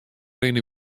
rinne